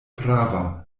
prava